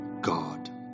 God